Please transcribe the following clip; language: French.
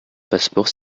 passeport